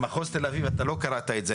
במחוז תל אביב אתה לא קראת את זה,